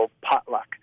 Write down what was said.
potluck